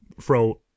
throw